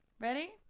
Ready